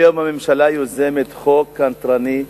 כל יום הממשלה יוזמת חוק קנטרני,